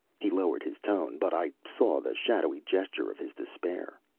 he lowered his tone, but i saw the shadowy gesture of his despair.